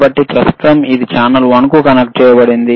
కాబట్టి ప్రస్తుతం అది ఛానెల్ వన్కు కనెక్ట్ చేయబడింది